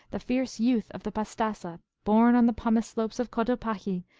the fierce youth of the pastassa, born on the pumice slopes of cotopaxi,